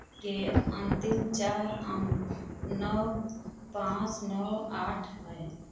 के अन्तिम चार अंक नौ पाँच नौ आठ है